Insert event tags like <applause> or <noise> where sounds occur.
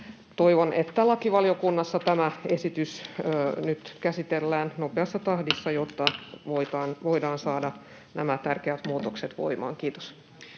Toivon, että lakivaliokunnassa nyt tämä esitys käsitellään nopeassa tahdissa, <noise> jotta voidaan saada nämä tärkeät muutokset voimaan. — Kiitos.